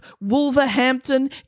Wolverhampton